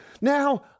Now